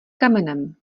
kamenem